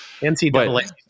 NCAA